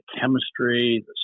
chemistry